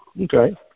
Okay